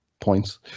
points